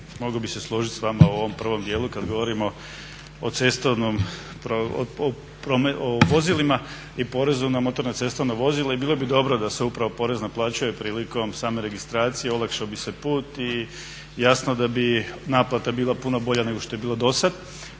mogao bi se složit s vama u ovom prvom djelu kad govorimo o cestovnom, o vozilima i porezu na motorna cestovna vozila i bilo bi dobro da se upravo porez naplaćuje prilikom same registracije, olakšao bi se put i jasno da bi naplata bila puno bolja nego što je bila dosad.